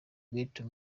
gates